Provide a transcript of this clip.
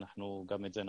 אנחנו גם את זה נעשה.